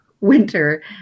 winter